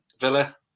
Villa